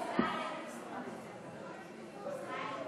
אדוני היושב-ראש,